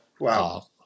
wow